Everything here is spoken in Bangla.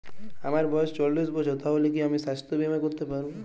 আমার বয়স চল্লিশ বছর তাহলে কি আমি সাস্থ্য বীমা করতে পারবো?